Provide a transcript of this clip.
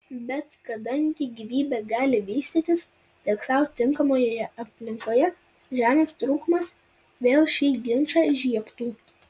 bet kadangi gyvybė gali vystytis tik sau tinkamoje aplinkoje žemės trūkumas vėl šį ginčą įžiebtų